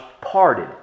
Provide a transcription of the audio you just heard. parted